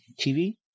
TV